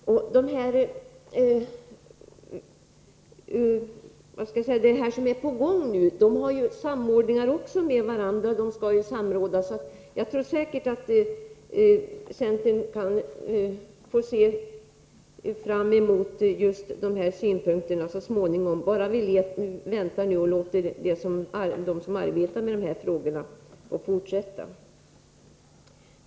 Beträffande det arbete på olika håll som är på gång skall man också samråda med varandra. Jag tror alltså säkert att centern kan se fram emot dessa synpunkter så småningom. Vi får vänta och låta dem som arbetar med dessa frågor fortsätta.